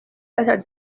better